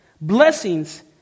blessings